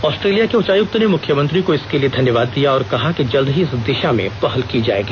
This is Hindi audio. ऑस्ट्रेलिया के उच्चायक्त ने मुख्यमंत्री को इसके लिए धन्यवाद दिया और कहा कि जल्द ही इस दिशा में पहल की जाएगी